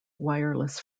wireless